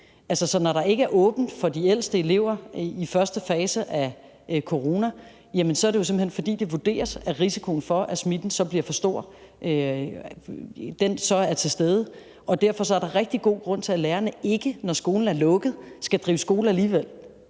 Så når der ikke er åbent for de ældste elever i første fase af corona, er det jo simpelt hen, fordi det vurderes, at risikoen for, at smitten så bliver for stor, er til stede, og derfor er der rigtig god grund til, at lærerne ikke, når skolen er lukket, skal drive skole alligevel.